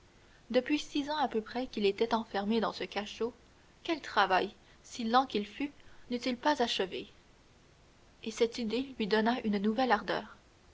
depuis six ans à peu près qu'il était enfermé dans ce cachot quel travail si lent qu'il fût n'eût-il pas achevé et cette idée lui donna une nouvelle ardeur